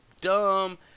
dumb